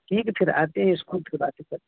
ٹھیک ہے پھر آتے ہیں اسکول پھر بات کر